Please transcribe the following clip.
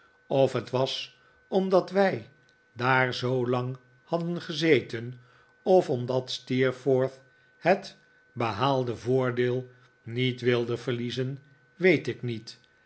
of het was omdat wij daar zoolang hadden gezeten of omdat steerforth het behaalde voordeel niet wilde verliezen weet ik niet